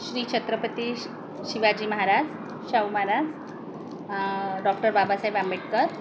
श्री छत्रपती शि शिवाजी महाराज शाहू महाराज डॉक्टर बाबासाहेब आंबेडकर